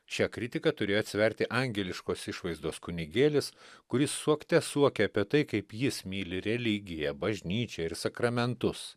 šią kritiką turėjo atsverti angeliškos išvaizdos kunigėlis kuris suokte suokė apie tai kaip jis myli religiją bažnyčią ir sakramentus